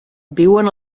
viuen